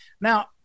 Now